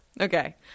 okay